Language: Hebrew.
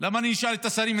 למה שאני אשאל את השרים?